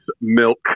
Milk